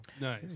nice